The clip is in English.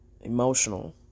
emotional